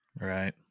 Right